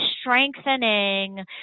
strengthening